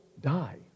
die